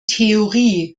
theorie